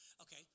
Okay